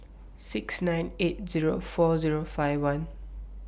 six nine eight Zero four Zero five one